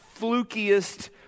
flukiest